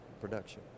production